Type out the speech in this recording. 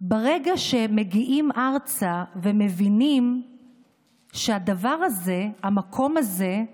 ברגע שמגיעים ארצה מבינים שהדבר הזה, המקום הזה,